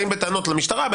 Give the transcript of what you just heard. באים בטענות למשטרה,